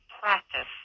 practice